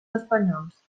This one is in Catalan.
espanyols